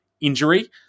injury